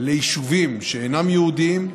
ויישובים שאינם יהודיים,